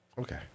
Okay